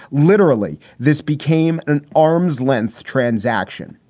literally, this became an arm's length transaction.